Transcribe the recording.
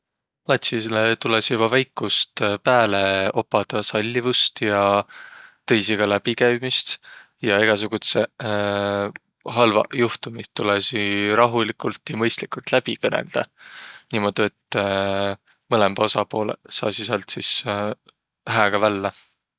Latsilõ tulõsiq joba väikust pääle opadaq sallivust ja tõisiga läbi käümist. Ja egäsugudsõq halvaq juhtumiq tulõsiq rahuligult ja mõistligult läbi kõnõldaq, niimuudu, et mõlõmbaq osapooleq saasiq säält sis hääga vällä.